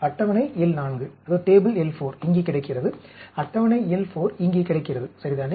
அட்டவணை L 4 இங்கே கிடைக்கிறது அட்டவணை L 4 இங்கே கிடைக்கிறது சரிதானே